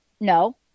no